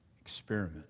experiment